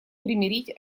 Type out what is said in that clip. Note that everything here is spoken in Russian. примирить